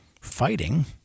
fighting